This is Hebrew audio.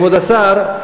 כבוד השר,